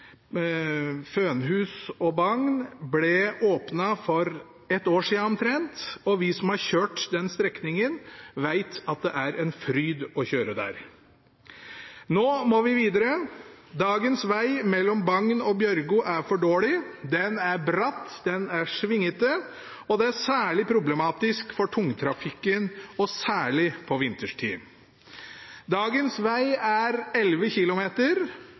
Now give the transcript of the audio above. Fønhus og Bagn ble åpnet for et år siden omtrent, og vi som har kjørt den strekningen, vet at det er en fryd å kjøre der. Nå må vi videre. Dagens veg mellom Bagn og Bjørgo er for dårlig. Den er bratt, den er svinget, og det er særlig problematisk for tungtrafikken og særlig på vinterstid. Dagens veg er 11 km.